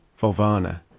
Volvana